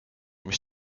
mis